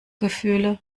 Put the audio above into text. gefühle